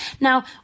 Now